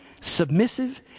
submissive